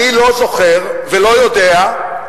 אני לא זוכר ולא יודע.